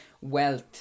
Wealth